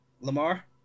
Lamar